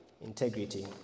Integrity